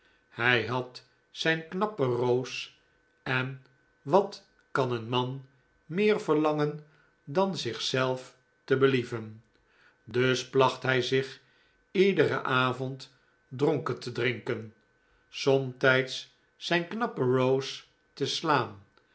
hij had zijn knappe rose en wat kan een man meer verlangen dan zichzelf te believen dus placht hij zich iederen avond dronken te drinken somtijds zijn knappe rose te slaan